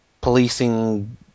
policing